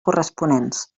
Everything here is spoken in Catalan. corresponents